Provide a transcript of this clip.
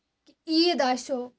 کہِ عیٖد آسیو